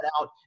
out